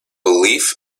belief